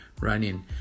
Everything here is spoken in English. running